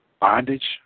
bondage